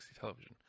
television